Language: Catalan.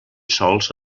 sols